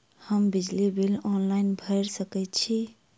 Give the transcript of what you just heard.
हम बिजली bill online भैर सकै छी?